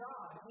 God